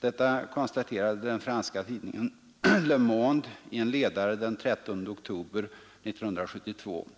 Detta konstaterade den franska tidningen Le Monde i en ledare den 13 oktober 1972.